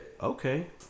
Okay